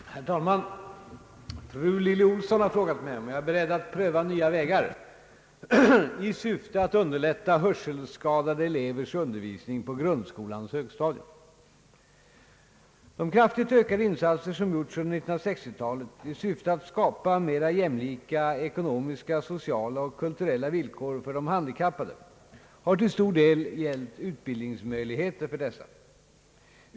Herr talman! Fru Lilly Ohlsson har frågat mig om jag är beredd att pröva nya vägar i syfte att underlätta hörselskadade elevers undervisning på grundskolans högstadium. De kraftigt ökade insatser som gjorts under 1960-talet i syfte att skapa mera jämlika ekonomiska, sociala och kulturella villkor för de handikappade har till stor del gällt utbildningsmöjligheter för dessa.